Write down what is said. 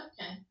Okay